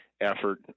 effort